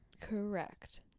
Correct